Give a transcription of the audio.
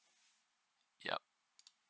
yup